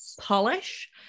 polish